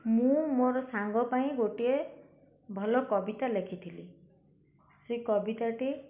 ମୁଁ ମୋର ସାଙ୍ଗ ପାଇଁ ଗୋଟିଏ ଭଲ କବିତା ଲେଖିଥିଲି ସେ କବିତାଟି